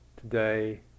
today